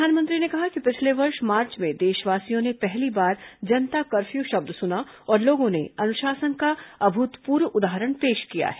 प्रधानमंत्री ने कहा कि पिछले वर्ष मार्च में देशवासियों ने पहली बार जनता कर्फ्यू शब्द सुना और लोगों ने अनुशासन का अभूतपूर्व उदाहरण पेश किया है